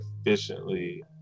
efficiently